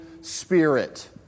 Spirit